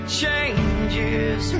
changes